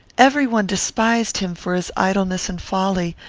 every one despised him for his idleness and folly,